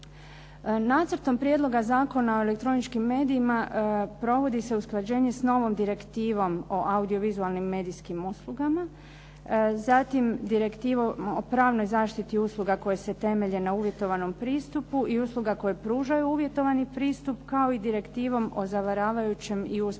Nacrtom prijedloga Zakona o elektroničkim medijima provodi se usklađenje s novom Direktivom o audio-vizualnim medijskim uslugama, zatim Direktivom o pravnoj zaštiti usluga koje se temelje na uvjetovanom pristupu i usluga koje pružaju uvjetovani pristup, kao i direktivom o zavaravajućem i usporednom